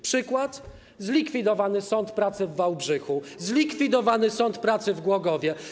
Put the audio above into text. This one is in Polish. Przykłady: zlikwidowany sąd pracy w Wałbrzychu, zlikwidowany sąd pracy w Głogowie.